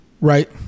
Right